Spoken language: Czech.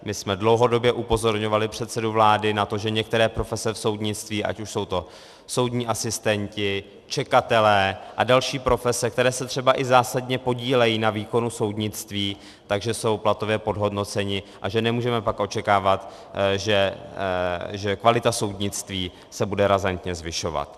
My jsme dlouhodobě upozorňovali předsedu vlády na to, že některé profese v soudnictví, ať už jsou to soudní asistenti, čekatelé a další profese, které se třeba i zásadně podílejí na výkonu soudnictví, že jsou platově podhodnoceni a že pak nemůžeme očekávat, že kvalita soudnictví se bude razantně zvyšovat.